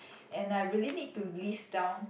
and I really need to list down